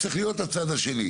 צריך לראות את הצד השני.